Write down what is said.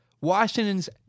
Washington's